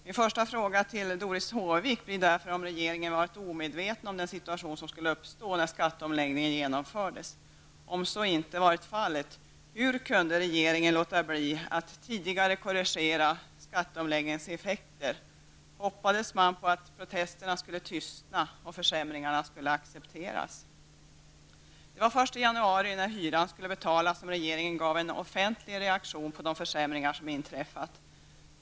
Min första fråga till Doris Håvik blir därför om regeringen varit omedveten om den situation som skulle uppstå när skatteomläggningen genomfördes. Om så inte har varit fallet, hur kunde regeringen låta bli att tidigare korrigera skatteomläggningens effekter? Hoppades man på att protesterna skulle tystna och försämringarna accepteras? Det var först i januari när hyran skulle betalas som regeringen gav en offentlig reaktion på de försämringar som inträffat.